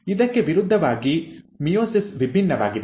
ಇದಕ್ಕೆ ವಿರುದ್ಧವಾಗಿ ಮಿಯೋಸಿಸ್ ವಿಭಿನ್ನವಾಗಿದೆ